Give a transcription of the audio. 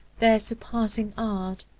their surpassing art.